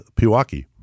Pewaukee